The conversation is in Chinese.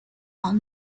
环状